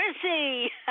Chrissy